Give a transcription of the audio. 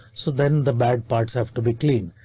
so then the bad parts have to be clean.